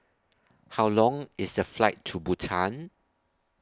How Long IS The Flight to Bhutan